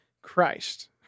Christ